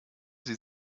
sie